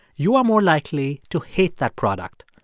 you are more likely to hate that product.